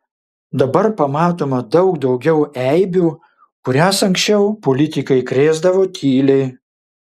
dabar pamatoma daug daugiau eibių kurias anksčiau politikai krėsdavo tyliai